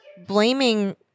Blaming